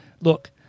look